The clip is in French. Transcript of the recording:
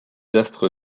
astres